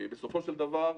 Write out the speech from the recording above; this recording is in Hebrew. בסופו של דבר,